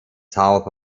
south